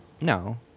No